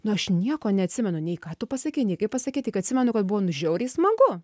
nu aš nieko neatsimenu nei ką tu pasakei nei kaip pasakei tik atsimenu kad buvo žiauriai smagu